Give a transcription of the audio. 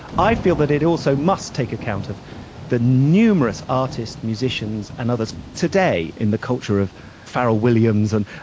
i feel that it also must take account of the numerous artists, musicians and others today in the culture of pharrell williams and,